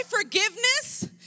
forgiveness